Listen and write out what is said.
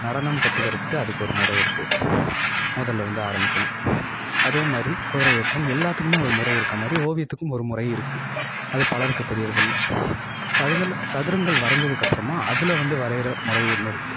நடனம் கற்றுக்கறதுக்கு அதுக்கு ஒரு முறை இருக்கு முதல்லருந்து ஆரம்பிக்கணும் அதேமாதிரி குதிரை ஏற்றம் எல்லாத்துக்குமே ஒரு முறை இருக்கமாதிரி ஓவியத்துக்கும் ஒரு முறை இருக்கு அது பலருக்கு தெரியிறதில்லை சதுரங்கள் வரைஞ்சதுக்கப்புறமா அதில் வந்து வரைகிற முறை ஒன்று இருக்கு